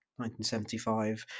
1975